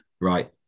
right